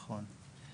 נכון.